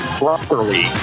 properly